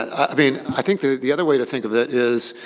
i mean, i think the the other way to think of it is